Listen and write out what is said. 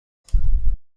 کنم